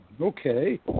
Okay